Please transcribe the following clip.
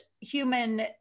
human